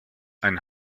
ein